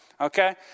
Okay